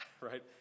right